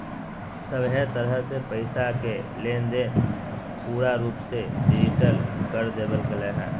सभहे तरह से पैसा के लेनदेन पूरा रूप से डिजिटल कर देवल गेलय हें